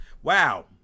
Wow